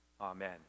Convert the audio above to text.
Amen